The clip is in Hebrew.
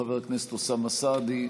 חבר הכנסת אוסאמה סעדי,